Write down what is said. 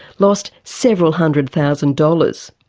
lost several hundred thousand dollars.